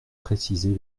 préciser